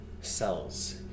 cells